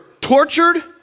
tortured